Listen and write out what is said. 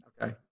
Okay